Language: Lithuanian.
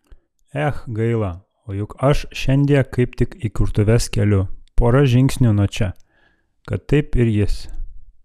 ech gaila o juk aš šiandie kaip tik įkurtuves keliu pora žingsnių nuo čia kad taip ir jis